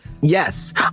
Yes